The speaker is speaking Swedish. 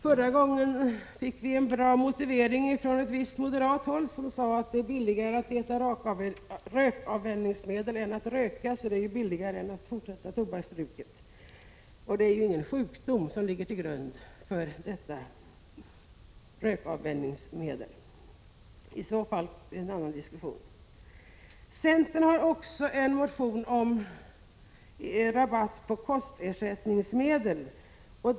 Förra gången denna fråga togs upp kom en bra motivering från ett visst moderat håll — att det är billigare att äta rökavvänjningsmedel än att röka. Det är ju ingen sjukdom som ligger till grund för detta rökavvänjningsmedel. Centern har också väckt en motion om rabatt på kostersättningsmedel.